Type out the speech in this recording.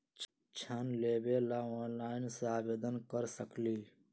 ऋण लेवे ला ऑनलाइन से आवेदन कर सकली?